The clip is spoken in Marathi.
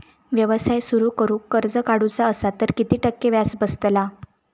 व्यवसाय सुरु करूक कर्ज काढूचा असा तर किती टक्के व्याज बसतला?